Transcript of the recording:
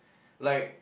like